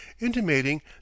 intimating